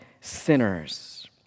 sinners